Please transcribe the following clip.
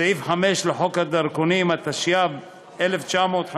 סעיף 5 לחוק הדרכונים, התשי"ב 1952,